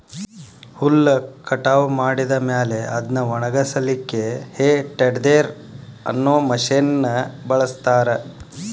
ಹುಲ್ಲ್ ಕಟಾವ್ ಮಾಡಿದ ಮೇಲೆ ಅದ್ನ ಒಣಗಸಲಿಕ್ಕೆ ಹೇ ಟೆಡ್ದೆರ್ ಅನ್ನೋ ಮಷೇನ್ ನ ಬಳಸ್ತಾರ